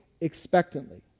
expectantly